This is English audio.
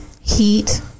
heat